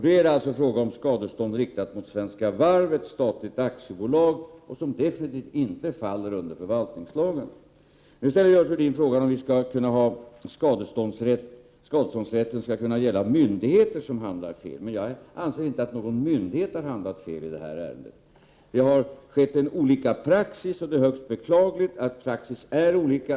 Då är det alltså fråga om skadeståndsanspråk riktat mot Svenska varv, ett statlig Prot. 1988/89:31 aktiebolag, som definitivt inte faller under förvaltningslagen. Nu ställer 24 november 1988 Görel Thurdin frågan om skadeståndsrätten skall kunna gälla myndigheter. dd oa som handlat fel, men jag anser inte att någon myndighet har handlat fel i det här ärendet. Praxis har tillämpats olika, och det är högst beklagligt att praxis är olika.